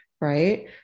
Right